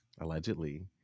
allegedly